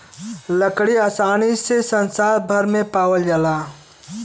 लकड़ी आसानी से संसार भर में पावाल जाला